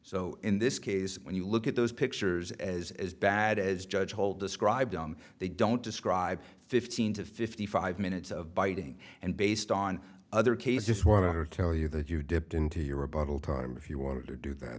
so in this case when you look at those pictures as as bad as judge old described them they don't describe fifteen to fifty five minutes of biting and based on other case just want to tell you that you dipped into your rebuttal time if you want to do that